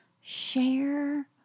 Share